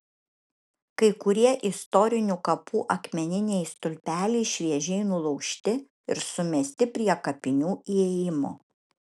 kai kurie istorinių kapų akmeniniai stulpeliai šviežiai nulaužti ir sumesti prie kapinių įėjimo